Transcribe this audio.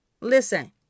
Listen